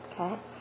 Okay